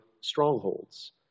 strongholds